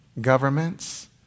governments